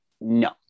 no